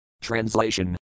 Translation